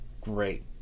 great